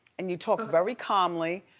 and you talk very calmy,